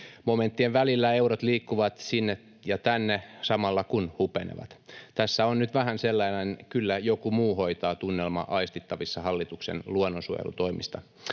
Momenttien välillä eurot liikkuvat sinne ja tänne samalla kun hupenevat. Tässä on nyt vähän sellainen ”kyllä joku muu hoitaa” -tunnelma aistittavissa hallituksen luonnonsuojelutoimista